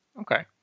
Okay